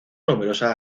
numerosas